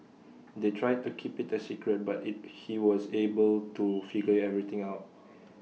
they tried to keep IT A secret but IT he was able to figure everything out